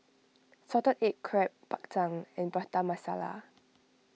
Salted Egg Crab Bak Chang and Prata Masala